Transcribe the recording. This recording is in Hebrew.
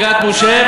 לקריית-משה,